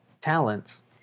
talents